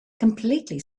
completely